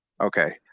Okay